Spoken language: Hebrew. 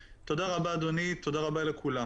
אדוני, תודה רבה לכולם.